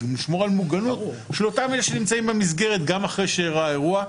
לשמור על המוגנות של אותם אלה שנמצאים במסגרת גם אחרי שאירע האירוע.